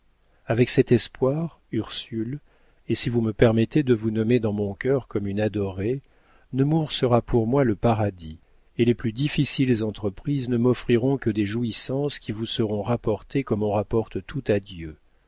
avec cet espoir ursule et si vous me permettez de vous nommer dans mon cœur comme une adorée nemours sera pour moi le paradis et les plus difficiles entreprises ne m'offriront que des jouissances qui vous seront rapportées comme on rapporte tout à dieu